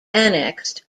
annexed